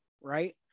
right